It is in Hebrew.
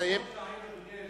חלומות כאלה, אדוני היושב-ראש,